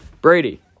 Brady